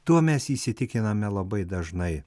tuo mes įsitikiname labai dažnai